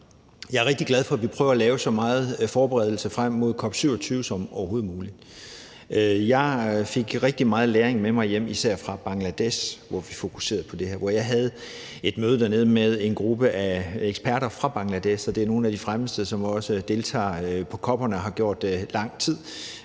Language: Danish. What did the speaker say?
Jeg er rigtig glad for, at vi prøver at lave så meget forberedelse frem mod COP27 som overhovedet muligt. Jeg fik rigtig meget læring med mig hjem, især fra Bangladesh, hvor vi fokuserede på det her. Jeg havde et møde dernede med en gruppe af eksperter fra Bangladesh, og det er nogle af de fremmeste, som også deltager på COP'erne og har gjort det i lang tid.